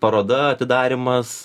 paroda atidarymas